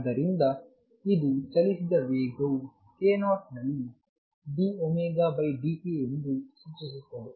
ಆದ್ದರಿಂದ ಇದು ಚಲಿಸಿದ ವೇಗವು k0 ನಲ್ಲಿ dωdk ಎಂದು ಸೂಚಿಸುತ್ತದೆ